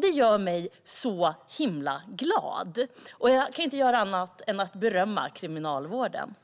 Detta gör mig så himla glad, och jag kan inte göra annat än att berömma kriminalvården.